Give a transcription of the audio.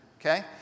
Okay